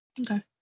Okay